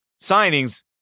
signings